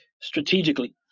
strategically